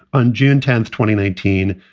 on june tenth, twenty nineteen,